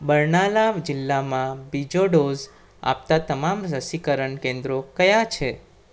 બરનાલામ જિલ્લામાં બીજો ડોઝ આપતાં તમામ રસીકરણ કેન્દ્રો કયા છે